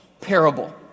parable